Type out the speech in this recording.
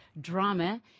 drama